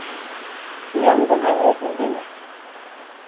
जी हमको हर रेट में लेना है